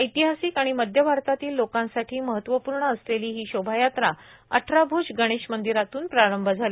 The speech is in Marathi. ऐतिहासिक आणि मध्य भारतातील लोकांसाठी महत्वपूर्ण असलेली शोभायात्रा अठराभूज गणेश मंदिरातून प्रारंभ झाली